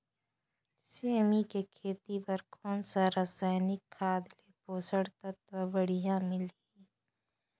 सेमी के खेती बार कोन सा रसायनिक खाद ले पोषक तत्व बढ़िया मिलही?